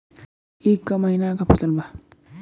ई क महिना क फसल बा?